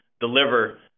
deliver